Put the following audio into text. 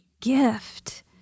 gift